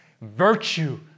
virtue